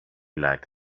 like